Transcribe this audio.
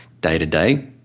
day-to-day